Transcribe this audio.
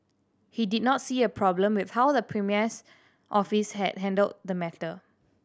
he did not see a problem with how the premier's office had handled the matter